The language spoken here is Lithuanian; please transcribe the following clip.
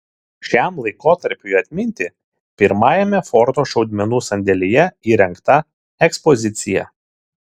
šiam laikotarpiui atminti pirmajame forto šaudmenų sandėlyje įrengta ekspozicija